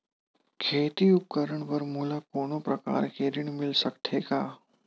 खेती उपकरण बर मोला कोनो प्रकार के ऋण मिल सकथे का?